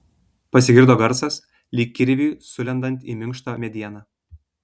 pasigirdo garsas lyg kirviui sulendant į minkštą medieną